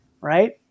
right